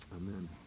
Amen